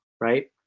right